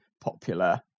popular